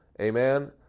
Amen